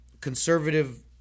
conservative